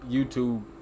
YouTube